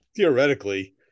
Theoretically